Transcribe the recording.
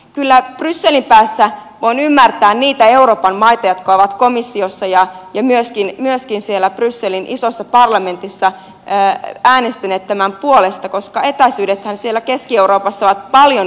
kyllä voin ymmärtää niitä brysselin päässä olevia euroopan maita jotka ovat komissiossa ja myöskin siellä brysselin isossa parlamentissa äänestäneet tämän puolesta koska etäisyydethän siellä keski euroopassa ovat paljon lyhyemmät